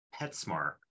Petsmart